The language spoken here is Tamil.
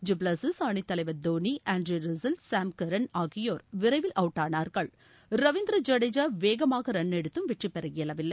டுப்ளேசி அணித்தலைவர் Dhoni Andre Russell Sam Curran ஆகியோர் விரைவில் அவுட் ஆனார்கள் ரவீந்திர ஜடேஜா வேகமாக ரன் எடுத்தும் வெற்றி பெற இயலவில்லை